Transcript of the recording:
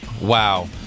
Wow